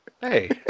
Hey